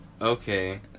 Okay